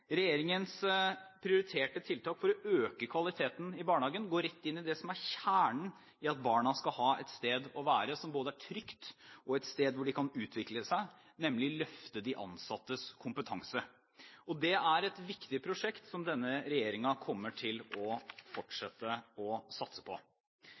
Regjeringens prioriterte tiltak for å øke kvaliteten i barnehagen, nemlig å løfte de ansattes kompetanse, går rett inn i det som er kjernen: at barna skal ha et sted å være, et sted som både er trygt, og hvor de kan utvikle seg. Det er et viktig prosjekt, som denne regjeringen kommer til å fortsette å satse på.